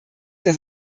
das